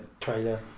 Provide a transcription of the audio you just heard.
trailer